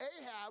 Ahab